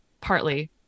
partly